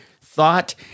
thought